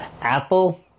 Apple